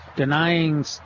Denying